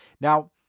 Now